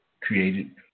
created